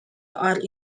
are